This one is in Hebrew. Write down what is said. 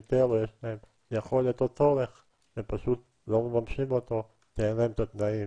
אותו צורך והם פשוט לא מממשים אותו ואין להם את התנאים.